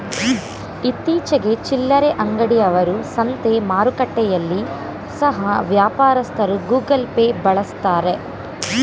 ಇತ್ತೀಚಿಗೆ ಚಿಲ್ಲರೆ ಅಂಗಡಿ ಅವರು, ಸಂತೆ ಮಾರುಕಟ್ಟೆಯಲ್ಲಿ ಸಹ ವ್ಯಾಪಾರಸ್ಥರು ಗೂಗಲ್ ಪೇ ಬಳಸ್ತಾರೆ